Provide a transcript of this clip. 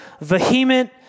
vehement